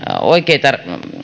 oikeita